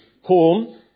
home